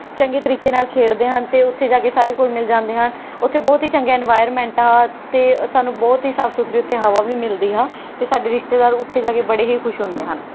ਚੰਗੇ ਤਰੀਕੇ ਨਾਲ਼ ਖੇਡਦੇ ਹਨ ਅਤੇ ਉੱਥੇ ਜਾ ਕੇ ਸਾਰੇ ਘੁਲ ਮਿਲ ਜਾਂਦੇ ਹਨ ਉੱਥੇ ਬਹੁਤ ਹੀ ਚੰਗਾ ਇਨਵਾਇਰਮੈਂਟ ਆ ਅਤੇ ਸਾਨੂੰ ਬਹੁਤ ਹੀ ਸਾਫ਼ ਸੁਥਰੀ ਉੱਥੇ ਹਵਾ ਵੀ ਮਿਲਦੀ ਆ ਅਤੇ ਸਾਡੇ ਰਿਸ਼ਤੇਦਾਰ ਉੱਥੇ ਜਾ ਕੇ ਬੜੇ ਹੀ ਖੁਸ਼ ਹੁੰਦੇ ਹਨ